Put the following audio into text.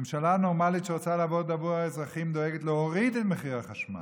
ממשלה נורמלית שרוצה לעבוד עבור האזרחים דואגת להוריד את מחיר החשמל.